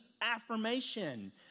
affirmation